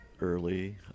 early